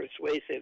persuasive